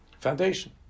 Foundation